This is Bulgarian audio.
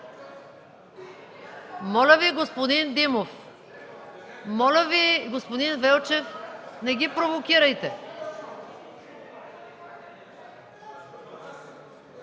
Моля Ви, господин Димов! Моля Ви, господин Велчев, не ги провокирайте!